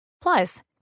Plus